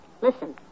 Listen